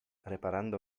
reparando